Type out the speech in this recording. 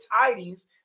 tidings